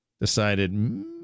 decided